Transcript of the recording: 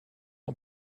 ans